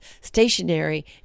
stationary